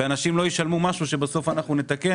ואנשים לא ישלמו על משהו שאחר כך נתקן.